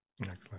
Excellent